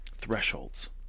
Thresholds